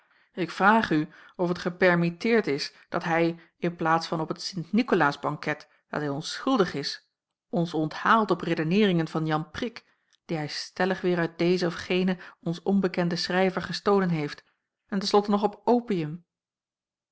ik vraag u of het gepermitteerd is dat hij in plaats van op het sint nikolaasbanket dat hij ons schuldig is ons onthaalt op redeneeringen van jan prik die hij stellig weêr uit dezen of genen ons onbekenden schrijver gestolen heeft en ten slotte nog op opium